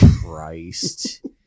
christ